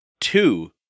two